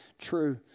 true